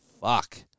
Fuck